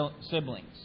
siblings